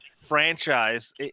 franchise